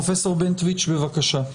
פרופ' בנטואיץ, בבקשה.